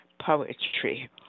Poetry